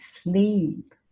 sleep